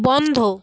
বন্ধ